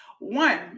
One